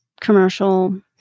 commercial